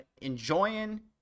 enjoying